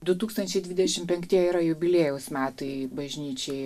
du tūkstančiai dvidešim penktie yra jubiliejaus metai bažnyčiai